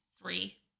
three